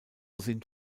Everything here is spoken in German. sind